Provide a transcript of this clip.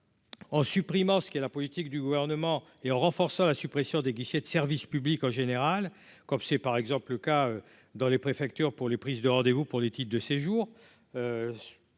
En supprimant ce qui est la politique du gouvernement et en renforçant la suppression des guichets de service public en général, comme c'est par exemple le cas dans les préfectures pour les prises de rendez-vous pour les titres de séjour